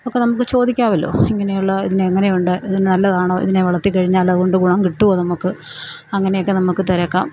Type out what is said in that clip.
ഒക്കെ നമുക്ക് ചോദിക്കാവല്ലോ ഇങ്ങനെയുള്ള ഇതിനെ എങ്ങനെയുണ്ട് ഇത് നല്ലതാണോ ഇതിനെ വളർത്തി കഴിഞ്ഞാലതുകൊണ്ട് ഗുണം കിട്ടുവോ നമുക്ക് അങ്ങനെയൊക്കെ നമുക്ക് തിരക്കാം